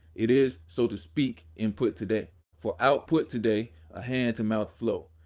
it is, so to speak, input today for output today, a hand to mouth flow.